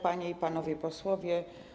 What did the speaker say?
Panie i Panowie Posłowie!